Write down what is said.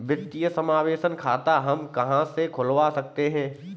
वित्तीय समावेशन खाता हम कहां से खुलवा सकते हैं?